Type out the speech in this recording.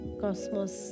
cosmos